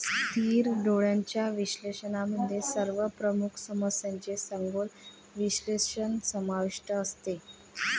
स्थिर डोळ्यांच्या विश्लेषणामध्ये सर्व प्रमुख समस्यांचे सखोल विश्लेषण समाविष्ट असते